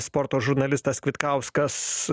sporto žurnalistas kvitkauskas